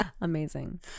amazing